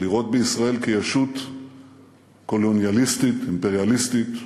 לראות בישראל ישות קולוניאליסטית, אימפריאליסטית,